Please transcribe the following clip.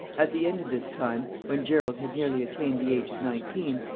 at the end of this time, when gerald had nearly attained the age of nineteen,